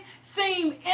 seem